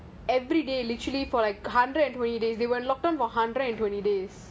they were locked down for hundred and twenty days